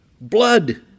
Blood